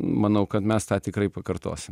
manau kad mes tą tikrai pakartosim